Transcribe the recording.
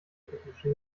technische